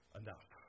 enough